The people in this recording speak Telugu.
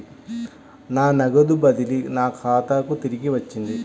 నా నగదు బదిలీ నా ఖాతాకు తిరిగి వచ్చింది